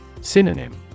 Synonym